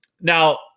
Now